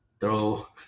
throw